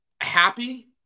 happy